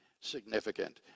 significant